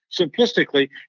simplistically